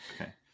Okay